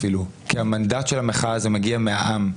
כי המנדט של המחאה מגיע מהעם,